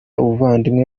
ubuvandimwe